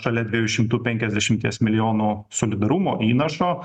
šalia dviejų šimtų penkiasdešimties milijonų solidarumo įnašo